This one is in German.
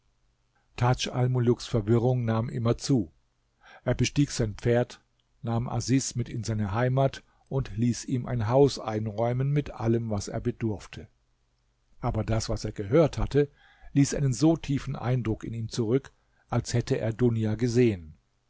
almuluks verwirrung nahm immer zu er bestieg sein pferd nahm asis mit in seine heimat und ließ ihm ein haus einräumen mit allem was er bedurfte aber das was er gehört hatte ließ einen so tiefen eindruck in ihm zurück als hätte er dunia gesehen